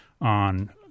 on